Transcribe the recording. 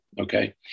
okay